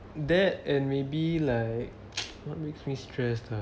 that and maybe like what makes me stress lah